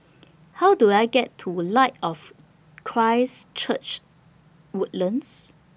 How Do I get to Light of Christ Church Woodlands